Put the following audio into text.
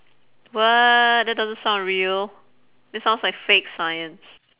what that doesn't sound real that sounds like fake science